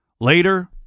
Later